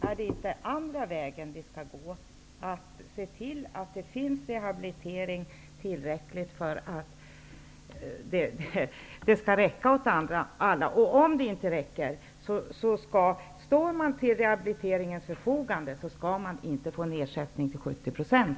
Är det inte den andra vägen vi skall gå genom att se till att rehabiliteringsresurserna räcker åt alla? Står man till förfogande för rehabilitering, skall man inte få en nedsättning till 70 %.